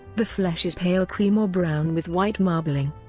the flesh is pale cream or brown with white marbling.